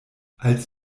als